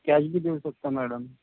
कॅशबी देऊ शकता मॅडम